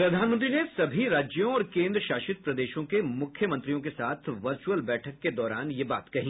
प्रधानमंत्री ने सभी राज्यों और केंद्र शासित प्रदेशों के मुख्यमंत्रियों के साथ वर्चुअल बैठक के दौरान यह बात कही